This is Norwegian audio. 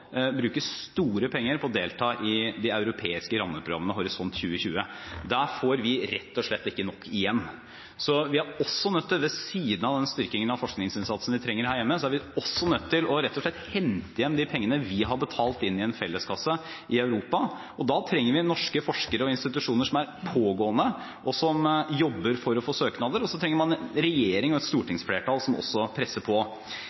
bruke store penger på å delta i det europeiske rammeprogrammet Horisont 2020. Der får vi rett og slett ikke nok igjen. Ved siden av den styrkingen av forskningsinnsatsen vi trenger her hjemme, er vi nødt til rett og slett å hente hjem de pengene vi har betalt inn i en felleskasse i Europa, og da trenger vi norske forskere og institusjoner som er pågående, og som jobber for å få søknader. Vi trenger også en regjering og et stortingsflertall som presser på.